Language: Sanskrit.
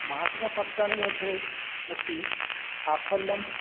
मासिकपत्राणि मध्ये अस्ति साफल्यम्